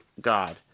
God